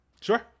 Sure